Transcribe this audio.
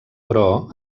però